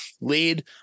lead